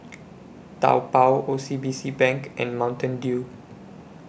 Taobao O C B C Bank and Mountain Dew